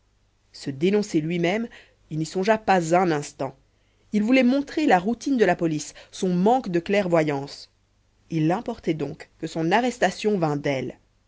se dénoncer lui-même il n'y songea pas un instant il voulait montrer la routine de la police son manque de clairvoyance il importait donc que son arrestation vînt d'elle